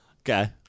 Okay